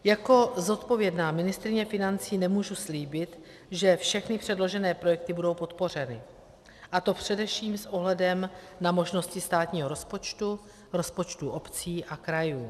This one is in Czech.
Jako zodpovědná ministryně financí nemůžu slíbit, že všechny předložené projekty budou podpořeny, a to především s ohledem na možnosti státního rozpočtu, rozpočtů obcí a krajů.